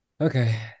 Okay